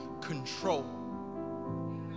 control